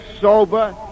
sober